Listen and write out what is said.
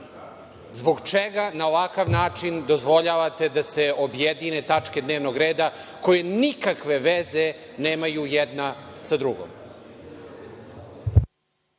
Zbog čega na ovakav način dozvoljavate da se objedine tačke dnevnog reda koje nikakve veze nemaju jedna sa drugom?